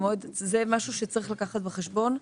זה משהו שצריך לקחת בחשבון,